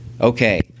Okay